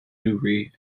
newry